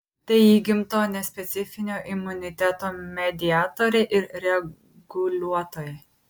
tai įgimto nespecifinio imuniteto mediatoriai ir reguliuotojai